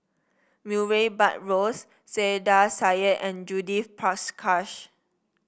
Murray Buttrose Saiedah Said and Judith Prakash